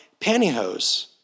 pantyhose